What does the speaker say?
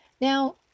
Now